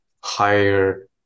higher